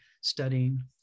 studying